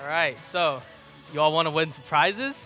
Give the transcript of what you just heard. all right so you all want to win surprises